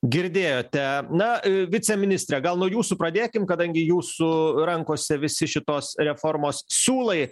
girdėjote na viceministre gal nuo jūsų pradėkim kadangi jūsų rankose visi šitos reformos siūlai